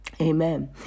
Amen